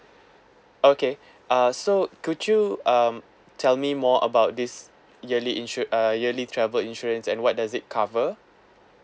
okay uh so could you um tell me more about this yearly insur~ uh yearly travel insurance and what does it cover